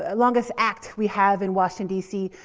ah longest act we have in washington d c.